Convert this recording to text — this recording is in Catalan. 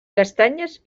castanyes